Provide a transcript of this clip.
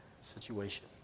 situation